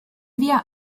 wir